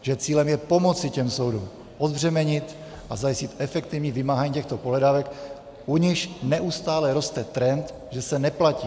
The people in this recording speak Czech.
Že cílem je pomoci těm soudům odbřemenit a zajistit efektivní vymáhání těchto pohledávek, u nichž neustále roste trend, že se neplatí.